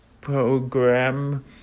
program